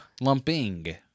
lumping